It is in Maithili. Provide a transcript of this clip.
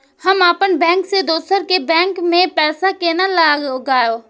हम अपन बैंक से दोसर के बैंक में पैसा केना लगाव?